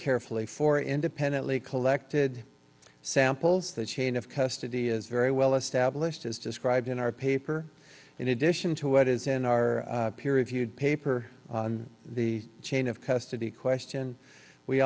carefully for independently collected samples that chain of custody is very well established as described in our paper in addition to what is in our peer reviewed paper the chain of custody question we